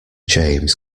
james